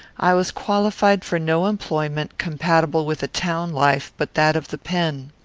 i was qualified for no employment, compatible with a town life, but that of the pen.